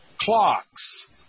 clocks